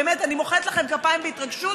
באמת אני מוחאת לכם כפיים בהתרגשות.